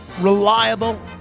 reliable